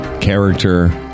character